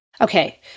Okay